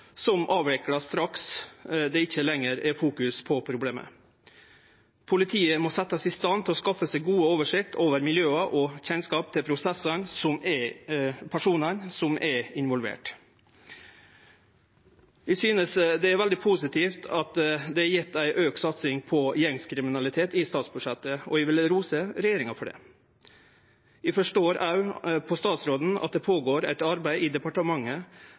som vert avvikla straks problemet ikkje lenger er i fokus. Politiet må setjast i stand til å skaffe seg god oversikt over miljøa og kjennskap til personane som er involverte. Eg synest det er veldig positivt at det er ei auka satsing mot gjengkriminalitet i statsbudsjettet, og eg vil rose regjeringa for det. Eg forstår òg på statsråden at det går føre seg eit arbeid i departementet